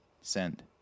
Send